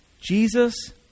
Jesus